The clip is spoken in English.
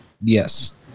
Yes